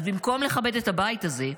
אז במקום לכבד את הבית הזה,